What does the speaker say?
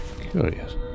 Curious